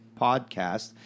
podcast